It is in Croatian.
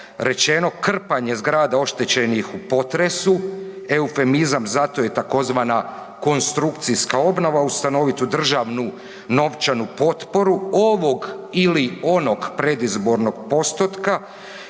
rečeno, krpanje zgrada oštećenih u potresu, eufemizam za to je tzv. konstrukcijska obnova u stanovitu državnu novčanu potporu ovog ili onog predizbornog postotka